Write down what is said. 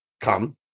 come